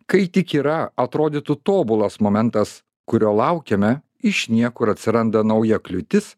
kai tik yra atrodytų tobulas momentas kurio laukiame iš niekur atsiranda nauja kliūtis